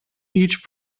each